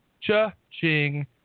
Cha-ching